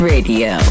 Radio